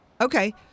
okay